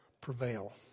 prevail